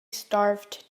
starved